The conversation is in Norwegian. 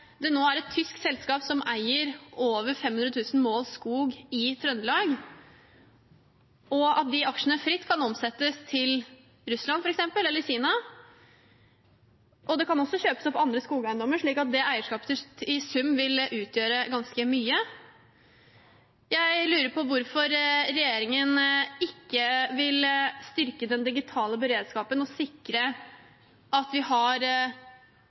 det nå er et tysk selskap som eier over 500 000 mål skog i Trøndelag, og at de aksjene fritt kan omsettes til f.eks. Russland eller Kina? De kan også kjøpe opp andre skogeiendommer, slik at det eierskapet i sum vil utgjøre ganske mye. Jeg lurer også på: Hvorfor vil ikke regjeringen styrke den digitale beredskapen og sikre at